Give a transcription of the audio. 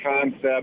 concept